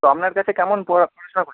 তো আপনার কাছে কেমন পড়াশোনা করছে